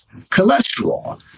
cholesterol